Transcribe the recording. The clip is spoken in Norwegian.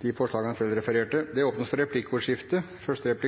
de forslagene han refererte til. Det blir replikkordskifte. Flere fagfolk